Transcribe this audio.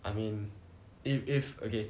I mean if if okay